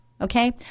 Okay